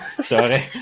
sorry